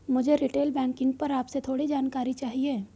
मुझे retail banking पर आपसे थोड़ी जानकारी चाहिए